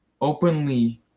openly